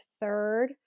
third